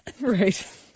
Right